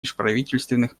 межправительственных